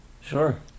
Sure